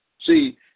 See